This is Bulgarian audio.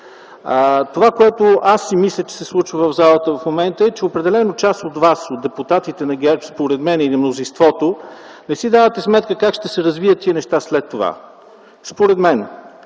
Това, което аз си мисля, че се случва в залата в момента, е, че определено част от Вас, от депутатите на ГЕРБ или мнозинството, не си давате сметка как ще се развият тези неща след това. Според мен!